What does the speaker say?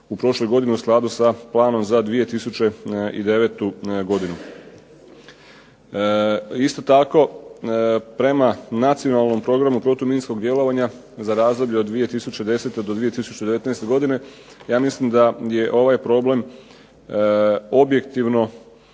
u prošloj godini u skladu sa planom za 2009. godinu. Isto tako prema nacionalnom programu protuminskog djelovanja za razdoblje 2010. do 2019. godine ja mislim da je ovaj problem objektivno